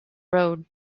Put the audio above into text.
road